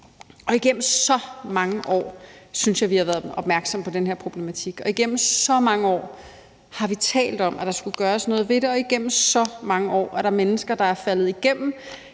Igennem så mange år synes jeg vi har været opmærksomme på den her problematik, og igennem så mange år har vi talt om, at der skulle gøres noget ved det, og igennem så mange år er der mennesker, der er faldet igennem